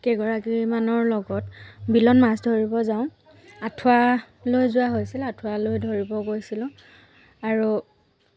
কেইগৰাকীমানৰ লগত বিলত মাছ ধৰিব যাওঁ আঁঠুৱা লৈ যোৱা হৈছিল আঁঠুৱা লৈ ধৰিব গৈছিলোঁ আৰু